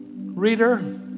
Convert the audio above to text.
Reader